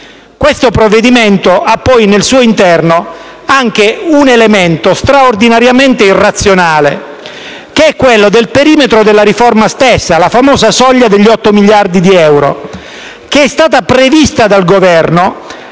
Questo provvedimento ha poi al suo interno anche un elemento straordinariamente irrazionale, che è il perimetro della riforma stessa, la famosa soglia degli 8 miliardi di euro prevista dal Governo,